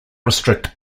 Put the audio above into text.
restrict